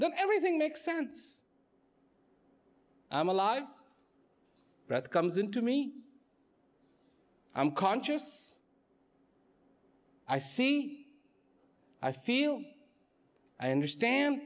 look everything make sense i'm alive that comes into me i'm conscious i see me i feel i understand